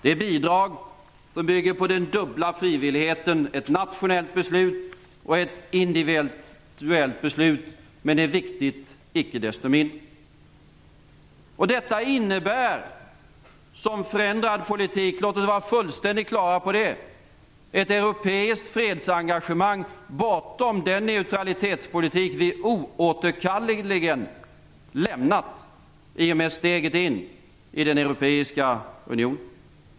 Det är bidrag som bygger på den dubbla frivilligheten av ett nationellt beslut och ett individuellt beslut, men det är icke desto mindre viktigt. Detta innebär som förändrad politik - låt oss vara fullständigt klara över det - ett europeiskt fredsengagemang bortom den neutralitetspolitik vi oåterkalleligen lämnat i och med steget in i den europeiska unionen.